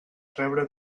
rebre